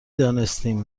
دانستیم